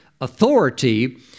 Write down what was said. authority